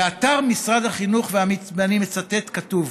באתר משרד החינוך, ואני מצטט, כתוב: